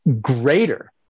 greater